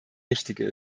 richtige